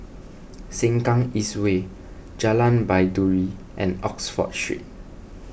Sengkang East Way Jalan Baiduri and Oxford Street